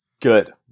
Good